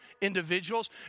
individuals